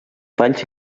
valls